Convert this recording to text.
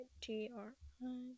T-R-I